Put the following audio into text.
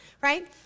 right